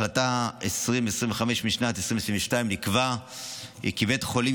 ובהחלטה 2025 משנת 2022 נקבע כי בית החולים